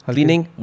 Cleaning